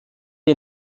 die